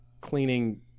cleaning